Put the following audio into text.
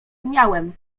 umiałem